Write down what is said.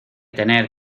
tener